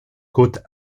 côte